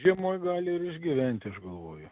žiemoj gali ir išgyventi aš galvoju